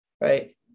right